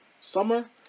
summer